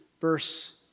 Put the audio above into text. verse